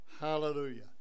Hallelujah